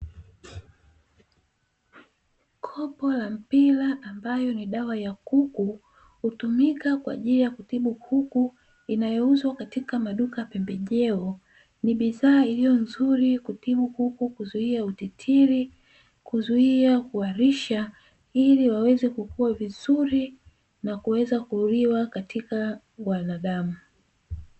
Kopo la mpira ambayo ni dawa ya kuku, hutumika kwa ajili ya kutibu kuku inayouzwa katika maduka ya pembejeo, ni bidhaa iliyo nzuri kutibu kuku, kuzuia utitiri, kuzuia kuharisha ili waweze kukua vizuri na kuweza kuliwa na wanadamu.